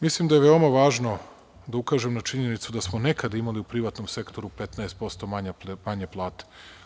Mislim da je veoma važno da ukažem na činjenicu da smo nekad imali u privatnom sektoru 15% manje plate.